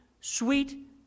sweet